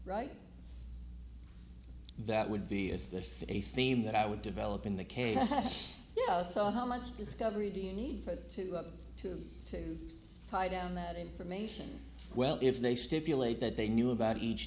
right that would be is this a theme that i would develop in the chaos yeah so how much discovery do you need for it to go up to two tied down that information well if they stipulate that they knew about each